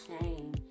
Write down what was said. shame